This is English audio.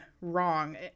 wrong